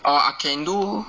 or I can do